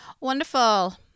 Wonderful